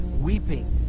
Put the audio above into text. weeping